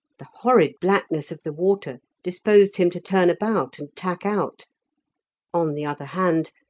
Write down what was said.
the horrid blackness of the water disposed him to turn about and tack out on the other hand,